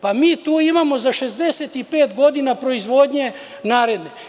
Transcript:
Pa, mi tu imamo za 65 godina proizvodnje naredne.